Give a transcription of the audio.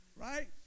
Right